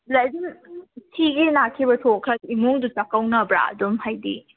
ꯁꯤꯈꯤ ꯅꯥꯈꯤꯕ ꯊꯣꯛꯈ꯭ꯔꯗꯤ ꯏꯃꯨꯡꯗꯨ ꯆꯥꯛꯀꯧꯅꯕ꯭ꯔꯥ ꯑꯗꯨꯝ ꯍꯥꯏꯗꯤ